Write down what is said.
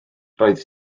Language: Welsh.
roedd